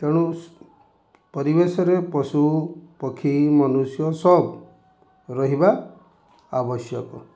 ତେଣୁ ପରିବେଶରେ ପଶୁ ପକ୍ଷୀ ମନୁଷ୍ୟ ସବ ରହିବା ଆବଶ୍ୟକ